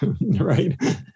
right